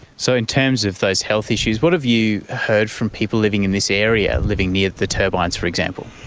so in terms of those health issues, what have you heard from people living in this area, living near the turbines, for example?